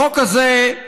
החוק הזה,